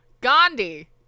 Gandhi